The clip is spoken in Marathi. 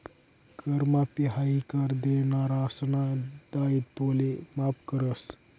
कर माफी हायी कर देनारासना दायित्वले माफ करस